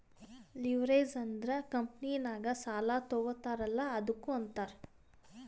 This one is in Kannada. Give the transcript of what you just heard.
ಲಿವ್ರೇಜ್ ಅಂದುರ್ ಕಂಪನಿನಾಗ್ ಸಾಲಾ ತಗೋತಾರ್ ಅಲ್ಲಾ ಅದ್ದುಕ ಅಂತಾರ್